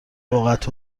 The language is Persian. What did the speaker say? لغت